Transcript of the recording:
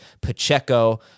Pacheco